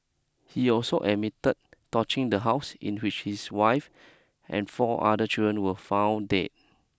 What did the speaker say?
he also admitted torching the house in which his wife and four other children were found dead